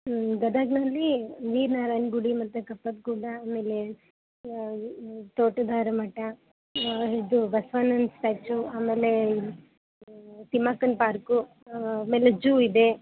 ಹ್ಞೂ ಗದಗನಲ್ಲಿ ವೀರ ನಾರಾಯಣ ಗುಡಿ ಮತ್ತು ಕಪ್ಪದ ಗುಡ್ಡ ಆಮೇಲೆ ತೊಂಟದಾರ್ಯ ಮಠ ಇದು ಬಸವಣ್ಣನ ಸ್ಟ್ಯಾಚ್ಯು ಆಮೇಲೆ ತಿಮ್ಮಕ್ಕನ ಪಾರ್ಕು ಆಮೇಲೆ ಝೂ ಇದೆ